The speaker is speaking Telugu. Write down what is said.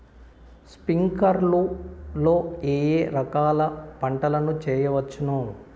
స్ప్రింక్లర్లు లో ఏ ఏ రకాల పంటల ను చేయవచ్చును?